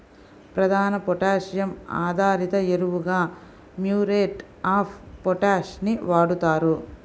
ప్రధాన పొటాషియం ఆధారిత ఎరువుగా మ్యూరేట్ ఆఫ్ పొటాష్ ని వాడుతారు